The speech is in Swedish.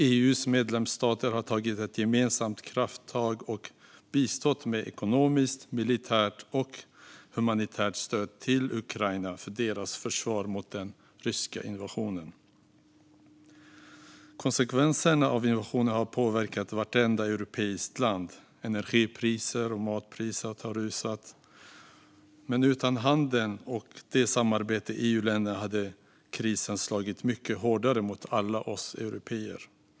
EU:s medlemsstater har tagit ett gemensamt krafttag och bistått med ekonomiskt, militärt och humanitärt stöd till Ukraina för deras försvar mot den ryska invasionen. Konsekvenserna av invasionen har påverkat vartenda europeiskt land. Energipriser och matpriser har rusat. Men utan handeln och samarbetet mellan EU-länderna hade krisen slagit mycket hårdare mot alla oss européer.